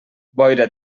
boira